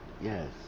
Yes